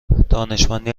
دانشمندی